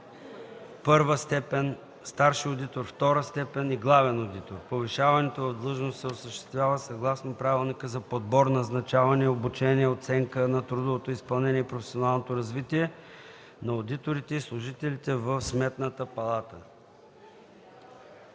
първа степен, старши одитор втора степен и главен одитор. Повишаването в длъжност се осъществява съгласно правилника за подбор, назначаване, обучение, оценка на трудовото изпълнение и професионалното развитие на одиторите и служителите на Сметната палата.